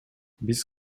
биз